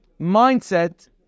mindset